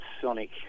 sonic